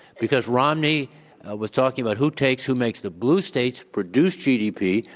because romney was talking about who takes, who makes the blue states produce gdp,